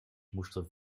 moesten